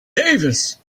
davis